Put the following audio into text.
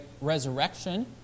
resurrection